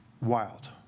wild